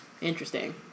interesting